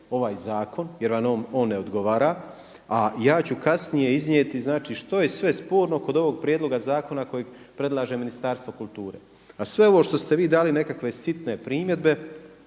ovaj zakon jer vam on ne odgovara a ja ću kasnije iznijeti znači što je sve sporno kod ovog prijedloga zakona kojeg predlaže Ministarstvo kulture. A sve ovo što ste vi dali nekakve sitne primjedbe